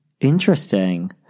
Interesting